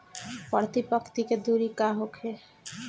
प्रति पंक्ति के दूरी का होखे?